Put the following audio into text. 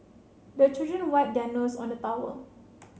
the children wipe their noses on the towel